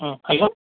hello